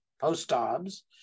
post-Dobbs